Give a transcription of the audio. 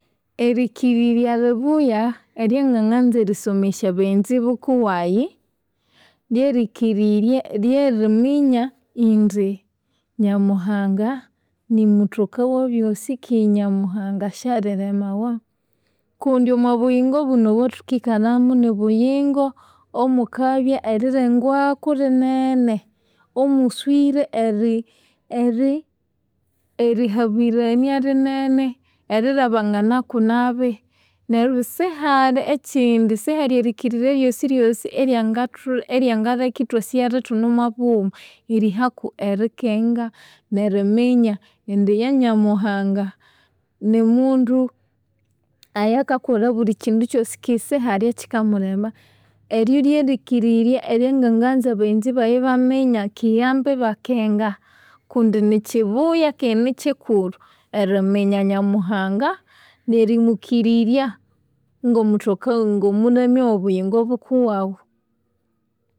Erikirirya libuya eryanganganza erisomesya baghenzi bukuwayi, lyerikirirya lyeriminya indi nyamuhanga nimuthoka webyosi kandi nyamuhanga syali lemawa kundi omwabuyingo buno obwathukikalhamu nibuyingo omukabya erilengwaku linene. Omuswire eri- eri- erihabirania linene, erilhabanganaku nabi, neryo sihali ekyindi, sihali erikirirya ryosiryosi eryangathulha eryangaleka ithwasighalha ithune omwabughuma erihaku erikenga neriminya indi yanyamuhanga nimundu iyikakolha obuli kyindu kyosi kandi sihali ekyikamulema. Eryo ryerikirirya eryanganganza baghenzi bayi ibaminya keghe ambi ibakenga kundi nikyibuya keghe nikyikulhu eriminya nyamuhanga nerimwikirirya ngomuthoka wo- ngomulhamya oghobuyingo bukuwaghu.